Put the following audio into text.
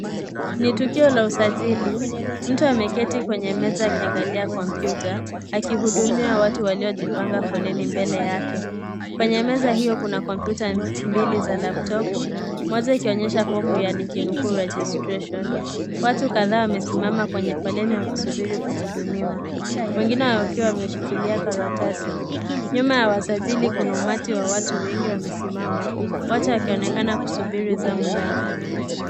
Ni tukio la usajili. Mtu ameketi kwenye meza akiangalia kompyuta akihudumia watu waliojipanga foleni mbele yake. Kwenye meza hio kuna kompyuta mbili za laptopu moja ikionyesha fomu yakinukuu registration . Watu kadhaa wamesimama kwenye foleni wakisubiri kuhudumiwa, wengine wakiwa wameshikilia karatasi. Nyuma ya usajili kuna umwati wa watu wengi wamesimama, wote wakionekana kusubiri zamu yao.